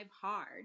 hard